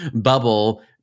bubble